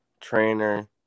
trainer